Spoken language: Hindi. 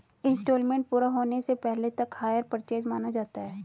इन्सटॉलमेंट पूरा होने से पहले तक हायर परचेस माना जाता है